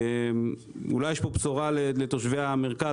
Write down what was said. אולי יש פה בשורה לתושבי המרכז,